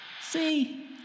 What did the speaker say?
See